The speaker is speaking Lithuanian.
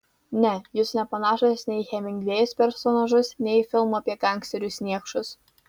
ne jūs nepanašūs nei į hemingvėjaus personažus nei į filmų apie gangsterius niekšus